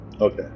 Okay